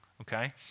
okay